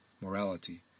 morality